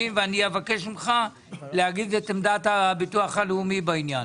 ואני אבקש ממך להגיד את עמדת הביטוח הלאומי בעניין.